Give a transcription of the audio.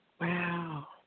Wow